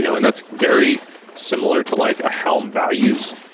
you know and that's very similar to like helm values.